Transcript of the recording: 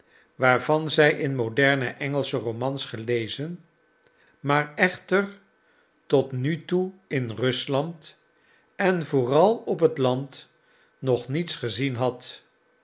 waarvan zij in moderne engelsche romans gelezen maar echter tot nu toe in rusland en vooral op het land nog niets gezien had